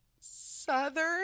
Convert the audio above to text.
Southern